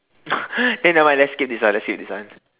then nevermind let's skip this one let's skip this one